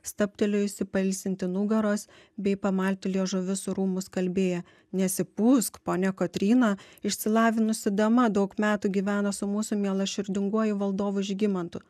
stabtelėjusi pailsinti nugaros bei pamalti liežuviu su rūmų skalbėja nesipūsk ponia kotryna išsilavinusi dama daug metų gyvena su mūsų mielaširdinguoju valdovu žygimantu